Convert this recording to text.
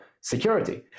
security